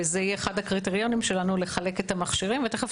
וזה יהיה אחד הקריטריונים שלנו לחלק את המכשירים,